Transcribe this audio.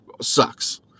sucks